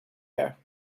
air